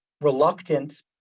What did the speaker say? reluctant